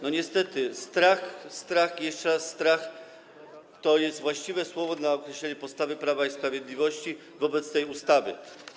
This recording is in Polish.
Niestety, strach, strach i jeszcze raz strach - to jest właściwe słowo dla określenia postawy Prawa i Sprawiedliwości wobec tej ustawy.